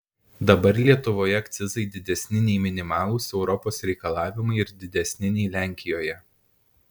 dabar lietuvoje akcizai didesni nei minimalūs europos reikalavimai ir didesni nei lenkijoje